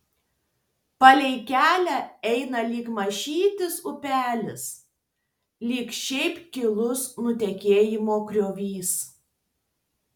palei kelią eina lyg mažytis upelis lyg šiaip gilus nutekėjimo griovys